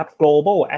global